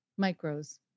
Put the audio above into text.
micros